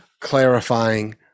clarifying